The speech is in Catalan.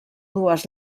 dues